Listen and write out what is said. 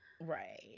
right